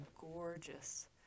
gorgeous